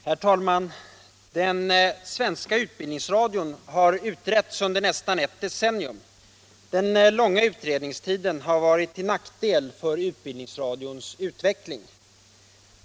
Herr talman! Den svenska utbildningsradion har utretts under nästan ett decennium. Den långa utredningstiden har varit till nackdel för utbildningsradions utveckling.